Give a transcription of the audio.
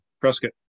prescott